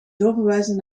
doorverwijzen